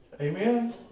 Amen